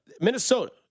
Minnesota